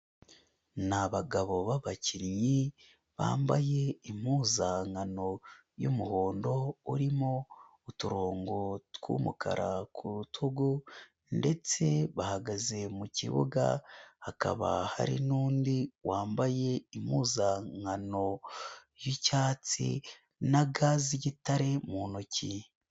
Ni abagabo b'abakinnyi, bambaye impuzankano y'umuhondo, urimo uturongo tw'umukara ku rutugu, ndetse bahagaze mu kibuga, hakaba hari n'undi wambaye impuzankano y'icyatsi na ga z'igitare mu ntoki.